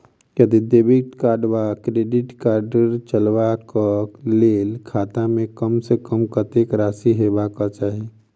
यदि डेबिट वा credit card चलबाक कऽ लेल खाता मे कम सऽ कम कत्तेक राशि हेबाक चाहि?